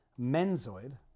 Menzoid